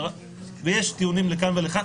כך שיש טיעונים לכאן ולכאן.